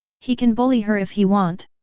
he can bully her if he want.